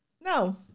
No